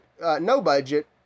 no-budget